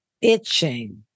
itching